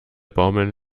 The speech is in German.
baumeln